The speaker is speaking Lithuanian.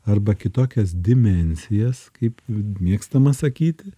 arba kitokias dimensijas kaip mėgstama sakyti